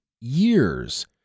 years